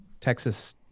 Texas